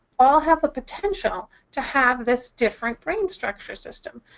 all have the potential to have this different brain structure system.